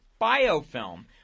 biofilm